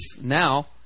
now